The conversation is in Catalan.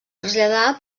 traslladar